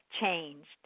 changed